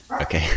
Okay. (